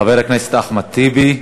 חבר הכנסת אחמד טיבי,